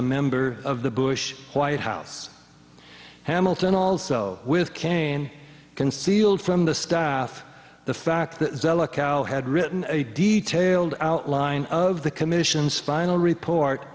a member of the bush white house hamilton also with cain concealed from the staff the fact that cal had written a detailed outline of the commission's final report